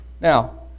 Now